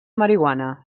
marihuana